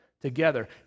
together